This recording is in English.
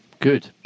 Good